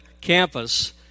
Campus